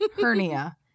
hernia